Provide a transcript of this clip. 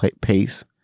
pace